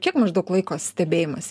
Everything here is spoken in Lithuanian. kiek maždaug laiko stebėjimas